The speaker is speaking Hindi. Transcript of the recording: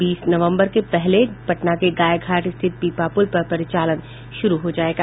बीस नवम्बर के पहले पटना के गायघाट स्थित पीपा पुल पर परिचालन शुरू हो जायेगा